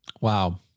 Wow